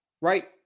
Right